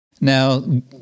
Now